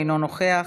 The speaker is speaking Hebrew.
אינו נוכח,